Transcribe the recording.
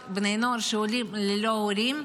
אלו בני נוער שעולים ללא הורים,